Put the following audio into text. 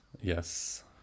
Yes